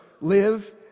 live